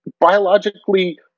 biologically